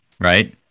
right